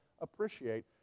appreciate